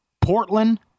Portland